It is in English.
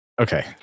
okay